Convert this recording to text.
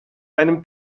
einem